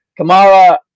Kamara